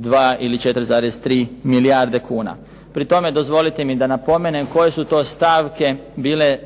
4,2 ili 4,3 milijarde kuna. Pri tome dozvolite mi da napomenem koje su to stavke bile